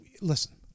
Listen